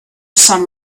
son